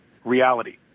reality